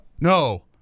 no